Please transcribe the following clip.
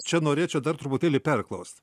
čia norėčiau dar truputėlį perklaust